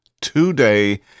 today